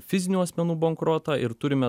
fizinių asmenų bankrotą ir turime